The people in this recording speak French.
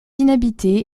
inhabité